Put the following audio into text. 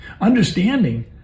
Understanding